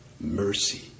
mercy